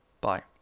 Bye